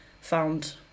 found